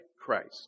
Christ